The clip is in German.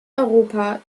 europa